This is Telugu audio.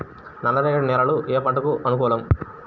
నల్లరేగడి నేలలు ఏ పంటలకు అనుకూలం?